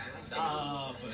Stop